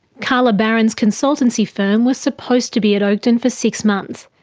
carla baron's consultancy firm was supposed to be at oakden for six months,